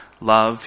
love